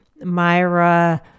Myra